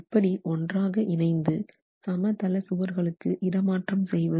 எப்படி ஒன்றாக இணைந்து சமதள சுவர்களுக்கு இடமாற்றம் செய்வது